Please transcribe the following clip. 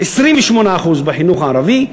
28% בחינוך הערבי,